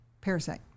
parasite